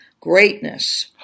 greatness